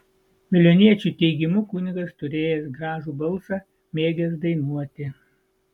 veliuoniečių teigimu kunigas turėjęs gražų balsą mėgęs dainuoti